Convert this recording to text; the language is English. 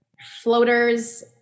floaters